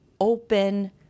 open